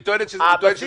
היא טוענת שזה --- הלאה.